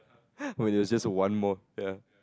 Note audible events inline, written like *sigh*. *breath* when it was just one more ya